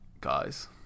guys